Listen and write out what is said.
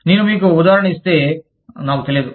నేను మీకు ఉదాహరణ ఇస్తే నాకు తెలియదు